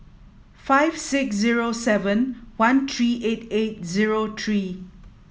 five six zero seven one three eight eight zero three